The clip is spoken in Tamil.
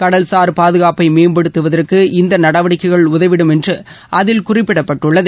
கடசார் பாதுகாப்பப மேம்படுத்துவதற்கு இந்த நடவடிக்கைகள் உதவிடும் என்று அதில் குறிப்பிடப்பட்டுள்ளது